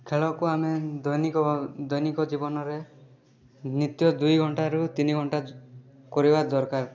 ଖେଳକୁ ଆମେ ଦୈନିକ ଭାବ ଦୈନିକ ଜୀବନରେ ନିତ୍ୟ ଦୁଇ ଘଣ୍ଟାରୁ ତିନି ଘଣ୍ଟା କରିବା ଦରକାର